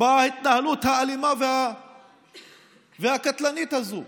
בהתנהלות האלימה והקטלנית הזאת.